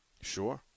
Sure